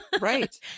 Right